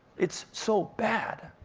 it's so bad!